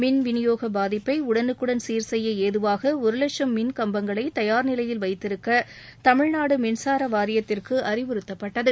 மின் விநியோக பாதிப்பை உடனுக்குடன் சீர்செய்ய ஏதுவாக ஒரு லட்சம் மின் கம்பங்களை தயார் நிலையில் வைத்திருக்க தமிழ்நாடு மின்சார வாரியத்திற்கு அறிவுறுத்தப்பட்டது